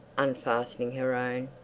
unfastening her own.